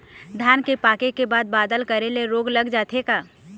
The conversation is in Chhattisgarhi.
धान पाके के बाद बादल करे ले रोग लग सकथे का?